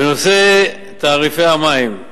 בנושא תעריפי המים: